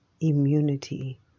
immunity